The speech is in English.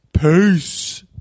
peace